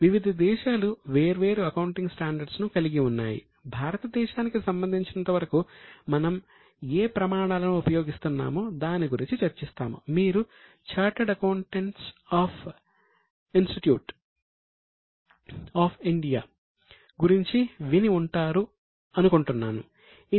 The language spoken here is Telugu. వివిధ దేశాలు వేర్వేరు అకౌంటింగ్ స్టాండర్డ్స్ను 1977 లో ఏర్పాటు చేసింది